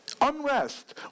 Unrest